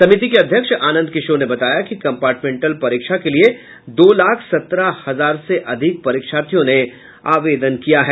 समिति के अध्यक्ष आनंद किशोर ने बताया कि कम्पार्टमेंटल परीक्षा के लिये दो लाख सत्रह हजार से अधिक परीक्षार्थियों ने आवेदन किया है